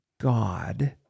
God